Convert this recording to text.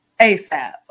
ASAP